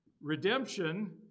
Redemption